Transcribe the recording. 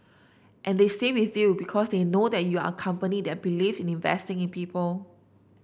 and they say with you because they know that you are a company that believe in investing in people